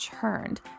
churned